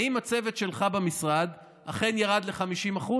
האם הצוות שלך במשרד אכן ירד ב-50%?